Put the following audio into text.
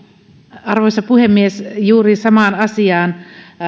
arvoisa puhemies juuri samaan asiaan